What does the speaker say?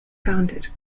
founded